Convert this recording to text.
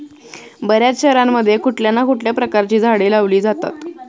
बर्याच शहरांमध्ये कुठल्या ना कुठल्या प्रकारची झाडे लावली जातात